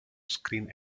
screen